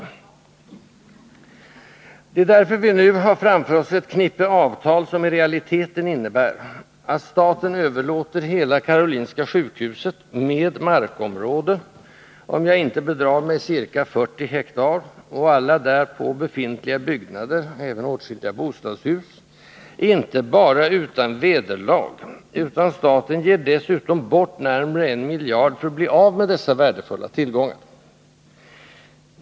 Det är därför vi nu har framför oss ett knippe avtal, som i realiteten innebär att staten överlåter hela Karolinska sjukhuset med markområde — om jag inte bedrar mig ca 40 hektar — och alla därpå befintliga byggnader, även åtskilliga bostadshus, inte bara utan vederlag, utan staten ger dessutom bort närmare 1 miljard för att bli av med dessa värdefulla tillgångar!